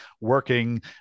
working